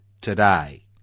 today